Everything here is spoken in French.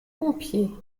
pompiers